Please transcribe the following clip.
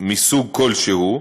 מסוג כלשהו,